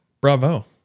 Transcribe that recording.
bravo